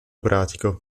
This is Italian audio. pratico